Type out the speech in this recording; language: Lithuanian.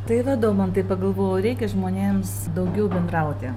tai va domantai pagalvojau reikia žmonėms daugiau bendrauti